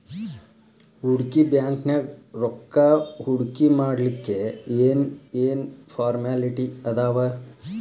ಹೂಡ್ಕಿ ಬ್ಯಾಂಕ್ನ್ಯಾಗ್ ರೊಕ್ಕಾ ಹೂಡ್ಕಿಮಾಡ್ಲಿಕ್ಕೆ ಏನ್ ಏನ್ ಫಾರ್ಮ್ಯಲಿಟಿ ಅದಾವ?